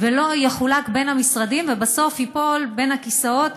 ולא יחולק בין המשרדים ובסוף ייפול בין הכיסאות,